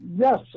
Yes